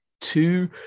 two